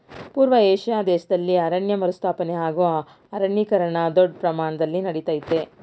ಪೂರ್ವ ಏಷ್ಯಾ ದೇಶ್ದಲ್ಲಿ ಅರಣ್ಯ ಮರುಸ್ಥಾಪನೆ ಹಾಗೂ ಅರಣ್ಯೀಕರಣ ದೊಡ್ ಪ್ರಮಾಣ್ದಲ್ಲಿ ನಡಿತಯ್ತೆ